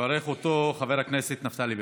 יברך אותו חבר הכנסת נפתלי בנט.